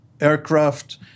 aircraft